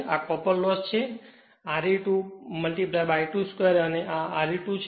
આ copper loss છે Re2 I2 2 અને આ Re2 છે